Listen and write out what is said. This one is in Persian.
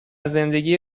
زندگی